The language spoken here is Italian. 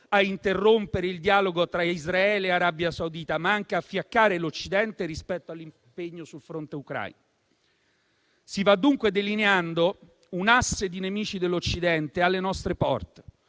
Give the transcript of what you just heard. a interrompere il dialogo tra Israele e Arabia Saudita, ma anche a fiaccare l'Occidente rispetto all'impegno sul fronte ucraino. Si va dunque delineando un asse di nemici dell'Occidente alle nostre porte,